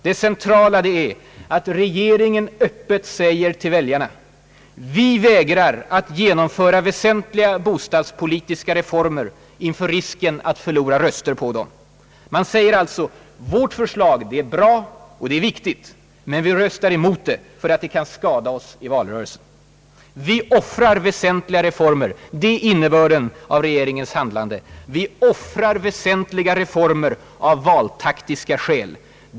Det centrala är att regeringen öppet säger till väljarna: vi vägrar att genomföra väsentliga bostadspolitiska reformer inför risken att förlora röster på dem. Man säger alltså: vårt förslag är bra och viktigt — men vi röstar emot det för att det kan skada oss i valrörelsen. Vi offrar väsentliga reformer, det är innebörden av regeringens handlande, av valtaktiska skäl.